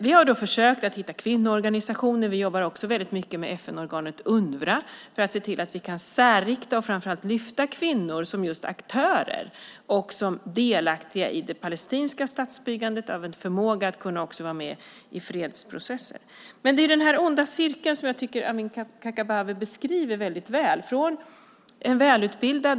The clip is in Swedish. Vi har försökt hitta kvinnoorganisationer. Vi jobbar också väldigt mycket med FN-organet Unrwa för att se till att vi kan särrikta insatser och framför allt lyfta fram kvinnor som aktörer delaktiga i det palestinska statsbyggandet med en förmåga att vara med i fredsprocessen. Den onda cirkeln tycker jag att Amineh Kakabaveh beskriver väldigt väl.